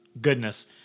Goodness